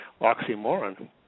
oxymoron